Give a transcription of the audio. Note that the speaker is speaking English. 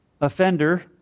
offender